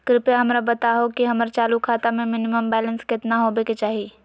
कृपया हमरा बताहो कि हमर चालू खाता मे मिनिमम बैलेंस केतना होबे के चाही